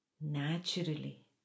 naturally